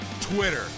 twitter